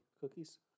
cookies